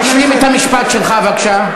תשלים את המשפט שלך, בבקשה.